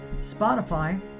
Spotify